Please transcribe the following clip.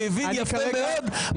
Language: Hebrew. והבין יפה מאוד,